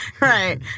Right